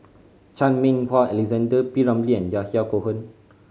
Chan Meng Wah Alexander P Ramlee and Yahya Cohen